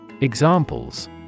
Examples